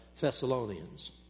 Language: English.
Thessalonians